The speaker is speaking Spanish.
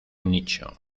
nicho